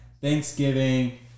Thanksgiving